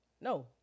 No